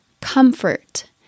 comfort